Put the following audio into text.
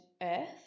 earth